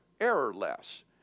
errorless